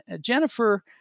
Jennifer